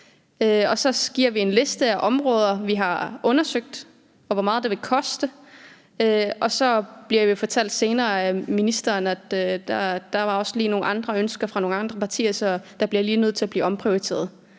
og så kommer vi med en liste af områder, som vi har undersøgt, og hvor vi har beregnet, hvor meget det vil koste, og så får vi senere fortalt af ministeren, at der også lige var nogle andre ønsker fra nogle andre partier, så der er lige nødt til at blive omprioriteret.